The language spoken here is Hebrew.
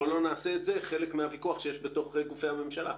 בוא לא נעשה את זה חלק מהוויכוח שיש בתוך גופי הממשלה.